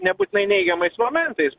nebūtinai neigiamais momentais buvo